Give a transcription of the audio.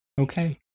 Okay